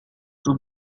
two